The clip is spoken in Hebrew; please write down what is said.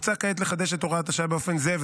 כעת מוצע לחדש את הוראת השעה באופן זהה,